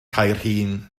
caerhun